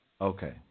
Okay